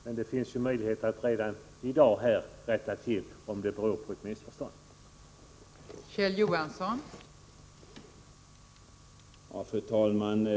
Men det finns ju möjlighet att redan i dag rätta till detta — om det beror på ett missförstånd — genom att rösta på reservationen.